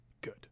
good